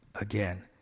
again